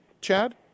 Chad